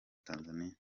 tanzaniya